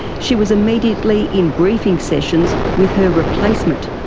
she was immediately in briefing sessions with her replacement,